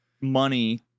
money